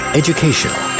educational